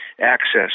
access